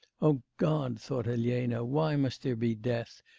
o god thought elena, why must there be death,